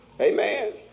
Amen